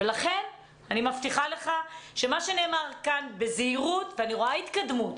ולכן אני מבטיחה לך שמה שנאמר כאן בזהירות ואני רואה התקדמות,